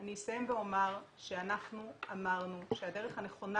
אני אסיים ואומר שאנחנו אמרנו שהדרך הנכונה